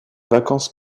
vacances